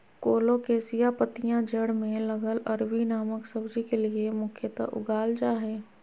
colocasia पत्तियां जड़ में लगल अरबी नामक सब्जी के लिए मुख्यतः उगाल जा हइ